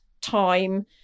time